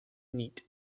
neat